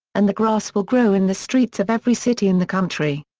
and the grass will grow in the streets of every city in the country.